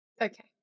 Okay